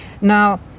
Now